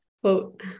quote